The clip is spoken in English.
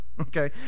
okay